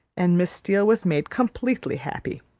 and miss steele was made completely happy.